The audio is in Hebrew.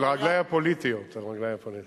על רגלי הפוליטיות, על רגלי הפוליטיות.